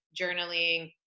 journaling